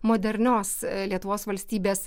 modernios lietuvos valstybės